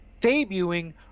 debuting